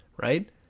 right